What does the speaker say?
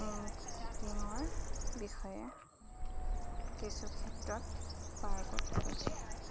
কুকিঙৰ বিষয়ে কিছু ক্ষেত্ৰত পাৰ্গত হৈছোঁ